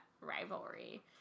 rivalry